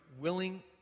willing